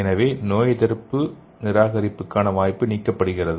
எனவே நோயெதிர்ப்பு நிராகரிப்புக்கான வாய்ப்பு நீக்கப்படுகிறது